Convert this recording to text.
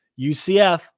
UCF